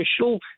official